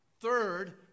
Third